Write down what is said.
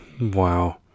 Wow